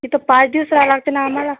तिथं पाच दिवस राह्य लागतं ना आम्हाला